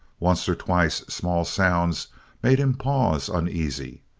once or twice small sounds made him pause, uneasy.